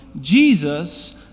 Jesus